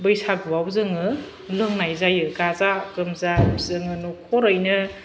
बैसागुयाव जोङो लोंनाय जायो गाजा गोमजा जोङो न'खरैनो